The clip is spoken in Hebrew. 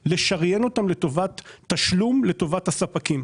לשריין אותם לטובת תשלום לספקים.